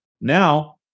Now